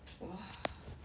!wah!